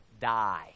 die